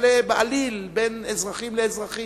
המפלה בעליל בין אזרחים לאזרחים?